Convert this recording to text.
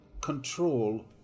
control